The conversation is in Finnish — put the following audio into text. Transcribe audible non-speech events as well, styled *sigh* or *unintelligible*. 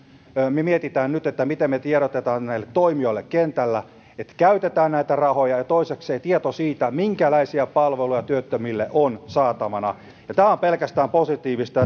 me mietimme nyt mitä me tiedotamme näille toimijoille kentällä siitä miten käytetään näitä rahoja ja ja toisekseen tietoa siitä minkälaisia palveluja työttömille on saatavana tämä on pelkästään positiivista *unintelligible*